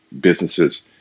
businesses